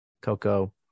Coco